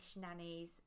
nannies